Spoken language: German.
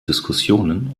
diskussionen